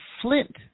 Flint